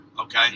okay